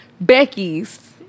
Becky's